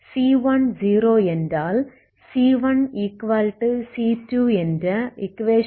c1 0 என்றால் c1c2 என்ற equation படி இரண்டுமே 0 ஆகும்